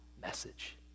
message